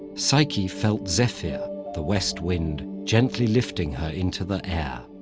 psyche felt zephyr the west wind gently lifting her into the air.